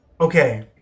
Okay